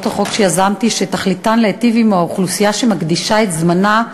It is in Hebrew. החוק שיזמתי שתכליתן להיטיב עם האוכלוסייה שמקדישה את זמנה,